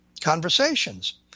conversations